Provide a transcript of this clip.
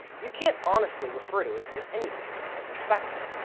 you can't honestly refer to it as anything but respectful.